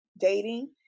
dating